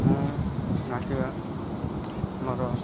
ମୁଁ ନାଚିବା ମୋର